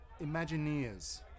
Imagineers